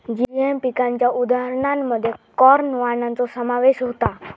GM पिकांच्या उदाहरणांमध्ये corn वाणांचो समावेश होता